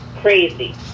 crazy